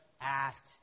asked